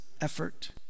effort